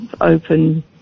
open